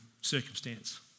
circumstance